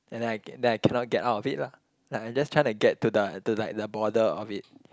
and then I then I cannot get out of it lah like I'm just trying to get to the to like the border of it